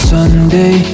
Sunday